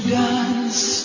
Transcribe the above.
dance